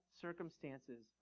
circumstances